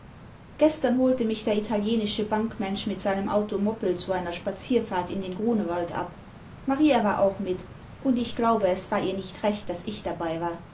gestern holte mich der italienische bankmensch mit seinem automoppel zu einer spazierfahrt in den grunewald ab maria war auch mit und ich glaube es war ihr nicht recht daß ich dabei war